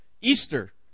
Easter